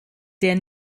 der